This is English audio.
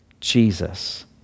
Jesus